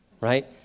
right